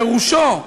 פירושו,